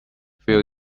fill